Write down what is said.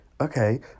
okay